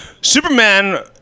Superman